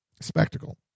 spectacle